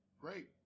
Great